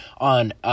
on